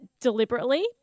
deliberately